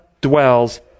dwells